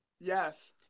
Yes